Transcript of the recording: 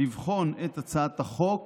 הצעתי לבחון את הצעת החוק